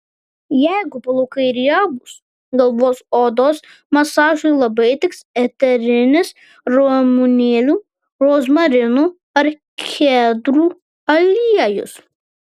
jeigu plaukai riebūs galvos odos masažui labai tiks eterinis ramunėlių rozmarinų ar kedrų aliejus